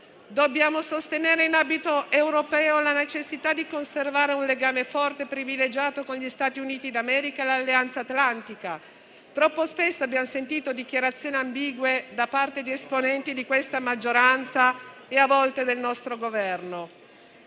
Dobbiamo sostenere in ambito europeo la necessità di conservare un legame forte e privilegiato con gli Stati Uniti d'America e l'Alleanza atlantica; troppo spesso abbiamo sentito dichiarazioni ambigue da parte di esponenti di questa maggioranza e a volte del nostro Governo.